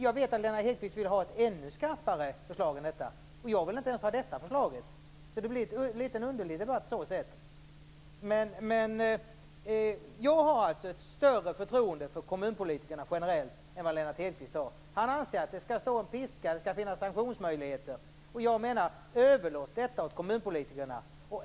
Jag vet att Lennart Hedquist vill ha ett ännu skarpare förslag än det här, och jag vill inte ens ha det här förslaget. Det blir en litet underlig debatt på så sätt. Jag har ett större förtroende för kommunpolitikerna generellt än vad Lennart Hedquist har. Han anser att det skall finnas en piska, att det skall finnas sanktionsmöjligheter. Jag menar att vi kan överlåta detta åt kommunpolitikerna.